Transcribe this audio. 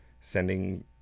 sending